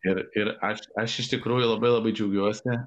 ir ir aš aš iš tikrųjų labai labai džiaugiuosi